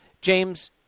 James